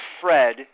Fred